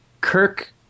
Kirk